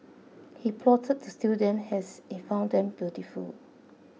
he plotted to steal them as he found them beautiful